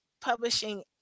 publishing